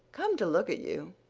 come to look at you,